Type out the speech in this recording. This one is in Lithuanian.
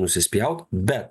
nusispjaut bet